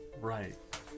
Right